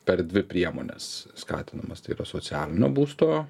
per dvi priemones skatinamas tai yra socialinio būsto